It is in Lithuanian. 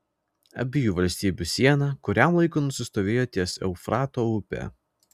abiejų valstybių siena kuriam laikui nusistovėjo ties eufrato upe